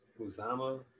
Uzama